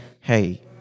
hey